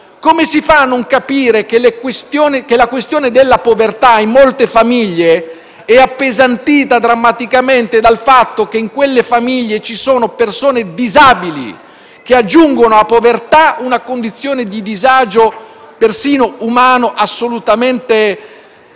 Come si fa a non capire che la questione della povertà in molte famiglie è appesantita drammaticamente dal fatto che al loro interno ci sono persone disabili che aggiungono alla povertà una condizione di disagio umano assolutamente